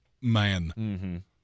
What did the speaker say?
man